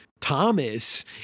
Thomas